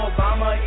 Obama